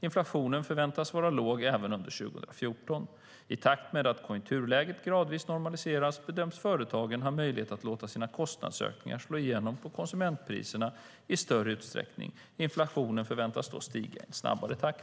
Inflationen förväntas vara låg även under 2014. I takt med att konjunkturläget gradvis normaliseras bedöms företagen ha möjlighet att låta sina kostnadsökningar slå igenom på konsumentpriserna i större utsträckning. Inflationen förväntas då stiga i en snabbare takt.